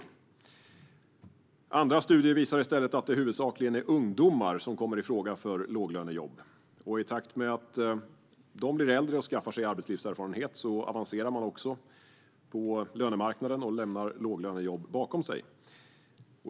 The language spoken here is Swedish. Å andra sidan finns det studier som i stället visar att det huvudsakligen är ungdomar som kommer i fråga för låglönejobb. I takt med att de blir äldre och skaffar sig arbetslivserfarenhet avancerar de också på lönemarknaden och lämnar låglönejobben bakom sig.